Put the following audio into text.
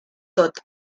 tot